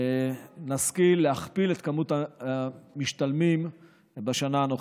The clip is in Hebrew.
נשכיל להכפיל את מספר המשתלמים בשנה הנוכחית.